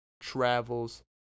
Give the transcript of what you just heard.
travels